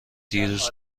دیروز